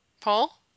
Paul